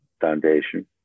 Foundation